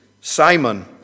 Simon